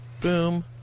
Boom